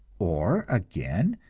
or again,